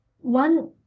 one